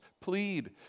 plead